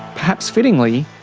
perhaps fittingly,